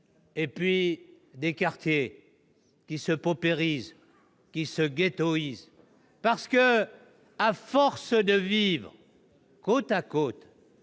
et des quartiers qui se paupérisent, se ghettoïsent ; en effet, à force de vivre côte à côte,